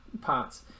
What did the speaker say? parts